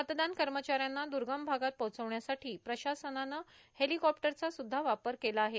मतदान कर्मचाऱ्यांना द्र्गम भागात पोहोचविण्यासाठी प्रशासनानं हेलिकॉप्टरचा सुद्धा वापर केला आहे